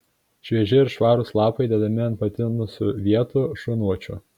švieži ir švarūs lapai dedami ant patinusių vietų šunvočių